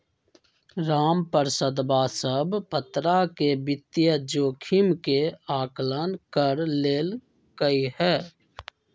रामप्रसादवा सब प्तरह के वित्तीय जोखिम के आंकलन कर लेल कई है